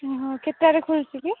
କେତେଟାରେ ଖୋଲୁଛି କି